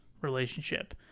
relationship